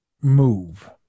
move